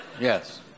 Yes